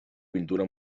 pintura